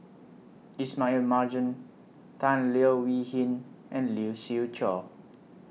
Ismail Marjan Tan Leo Wee Hin and Lee Siew Choh